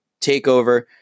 takeover